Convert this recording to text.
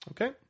Okay